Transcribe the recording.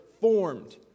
formed